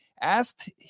asked